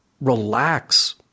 relax